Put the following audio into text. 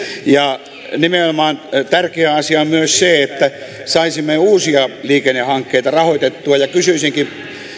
nimenomaan tärkeä asia on myös se että saisimme uusia liikennehankkeita rahoitettua kysyisinkin